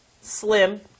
Slim